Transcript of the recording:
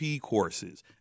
courses